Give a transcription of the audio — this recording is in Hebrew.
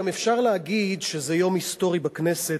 גם אפשר להגיד שזה יום היסטורי בכנסת,